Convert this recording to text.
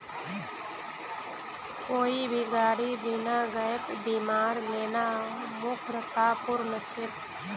कोई भी गाड़ी बिना गैप बीमार लेना मूर्खतापूर्ण छेक